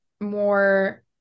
more